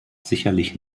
sicherlich